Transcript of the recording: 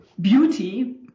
beauty